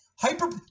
hyper